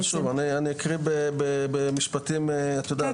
שוב, אני אקריא במשפטים, את יודעת.